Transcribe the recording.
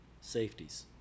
safeties